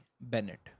Bennett